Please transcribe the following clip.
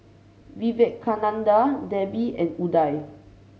Vivekananda Devi and Udai